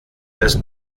des